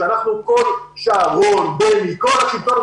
בני ביטון,